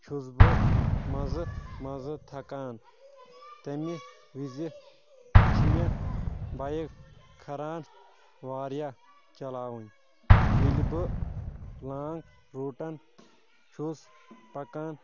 چھُس بہٕ منٛزٕ منٛزٕ تھکان تمہِ وزِ چھِ مےٚ بایِک کھران واریاہ چلاوٕنۍ ییٚلہِ بہٕ لانٛگ روٗٹن چھُس پکان